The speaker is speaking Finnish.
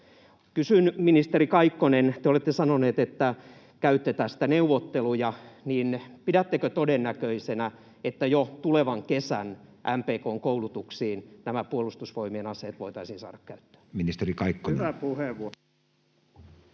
Kysyn, ministeri Kaikkonen: te olette sanonut, että käytte tästä neuvotteluja, niin pidättekö todennäköisenä, että jo tulevan kesän MPK:n koulutuksiin nämä Puolustusvoimien aseet voitaisiin saada käyttöön? [Speech 35] Speaker: